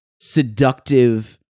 seductive